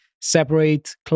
separate